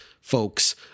folks